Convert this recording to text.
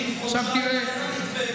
למה?